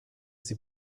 sie